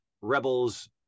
Rebels